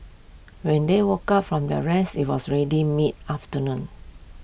when they woke up from their rest IT was ready mid afternoon